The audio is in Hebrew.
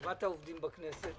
לטובת העובדים בכנסת.